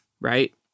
right